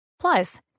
Plus